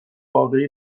واقعی